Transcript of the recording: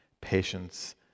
patience